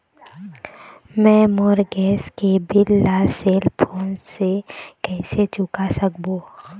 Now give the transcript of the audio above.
मैं मोर गैस के बिल ला सेल फोन से कइसे चुका सकबो?